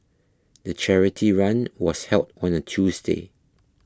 the charity run was held on a Tuesday